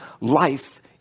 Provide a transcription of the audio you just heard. life